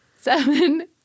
seven